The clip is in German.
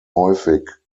häufig